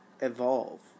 evolve